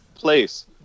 place